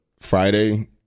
Friday